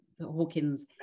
Hawkins